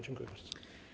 Dziękuję bardzo.